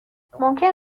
ممکن